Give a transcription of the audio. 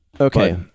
Okay